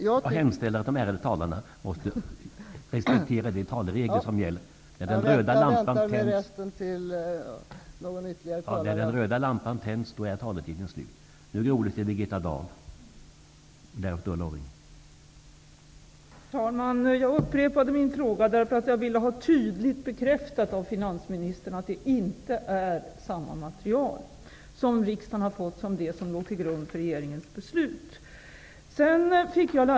Jag hemställer att de ärade talarna måtte respektera de taleregler som gäller. När den röda lampan tänds är taletiden slut.